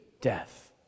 death